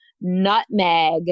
nutmeg